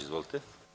Izvolite.